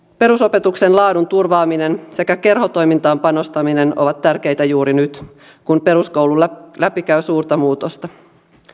perusopetuksen laadun turvaaminen sekä kerhotoimintaan panostaminen ovat tärkeitä juuri nyt kun peruskoulu läpikäy suurta muutosta